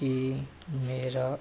ਕਿ ਮੇਰਾ